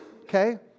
Okay